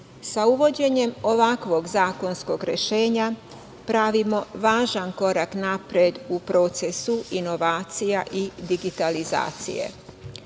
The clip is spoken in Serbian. Sa uvođenjem ovakvog zakonskog rešenja pravimo važan korak napred u procesu inovacija i digitalizacije.